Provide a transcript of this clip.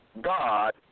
God